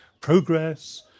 progress